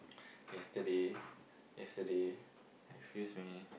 yesterday yesterday excuse me